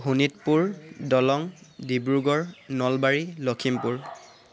Sonitpur Darrang Dibrugarh Nalbari Lakhimpur